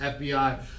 fbi